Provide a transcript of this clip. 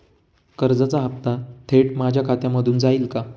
कर्जाचा हप्ता थेट माझ्या खात्यामधून जाईल का?